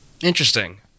Interesting